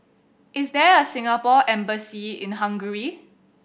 is there a Singapore Embassy in Hungary